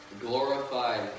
Glorified